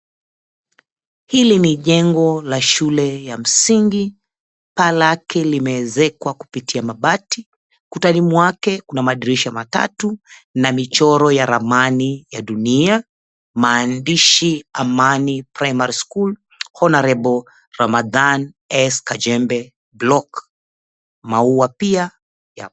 Hili ni jengo la shule ya msingi. Paa lake limeezekwa kupitia mabati. Kutani mwake kuna madirisha matatu na michoro ya ramani ya dunia. Maandishi, "Amani Primary School, Honorable Ramadhan S. Kajembe Block. Maua pia ya...